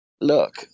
Look